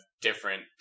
different